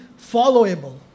followable